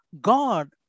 God